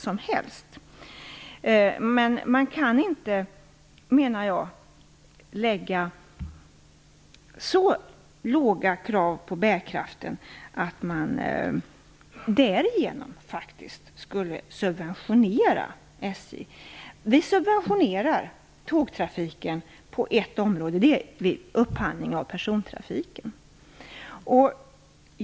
Jag menar att man inte kan ställa så låga krav på bärkraften att man därigenom faktiskt subventionerar SJ. Vi subventionerar tågtrafiken på ett område. Det är vid upphandling av persontrafiken.